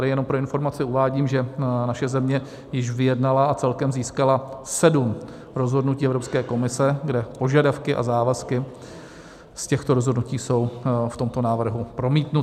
Tady jenom pro informaci uvádím, že naše země již vyjednala a celkem získala sedm rozhodnutí Evropské komise, kde požadavky a závazky z těchto rozhodnutí jsou v tomto návrhu promítnuty.